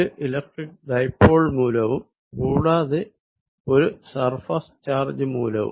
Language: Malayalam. ഒരു ഇലക്ട്രിക്ക് ഡൈപോൾ മൂലവും കൂടാതെ ഒരു സർഫേസ് ചാർജ് മൂലവും